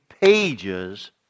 pages